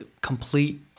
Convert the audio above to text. complete